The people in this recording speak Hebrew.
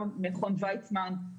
גם מכון וייצמן,